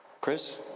Chris